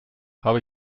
habe